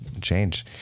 change